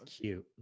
cute